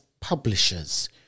publishers